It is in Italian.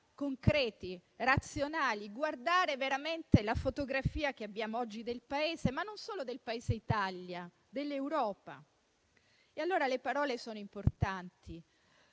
concreti e razionali, guardare veramente la fotografia che abbiamo oggi del Paese, ma non solo del paese Italia, bensì dell'Europa. Le parole sono importanti.